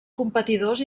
competidors